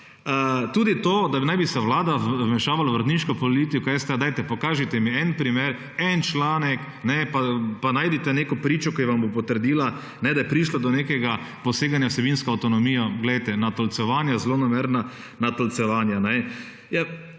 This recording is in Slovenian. Tudi to, da naj bi se vlada vmešavala v uredniško politiko STA, dajte pokažite mi en primer, en članek, pa najdite neko pričo, ki vam bo potrdila, da je prišlo do nekega poseganja v vsebinsko avtonomijo, glejte natolcevanje zlonamerna natolcevanja.